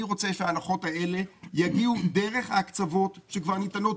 אני רוצה שההנחות האלה יגיעו דרך ההקצבות שכבר ניתנות